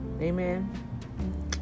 Amen